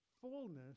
fullness